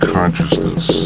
Consciousness